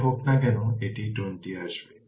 যাই হোক না কেন এটি 20 আসবে